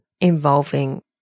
involving